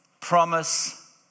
Promise